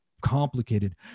complicated